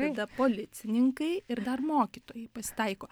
tada policininkai ir dar mokytojai pasitaiko